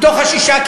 שישה,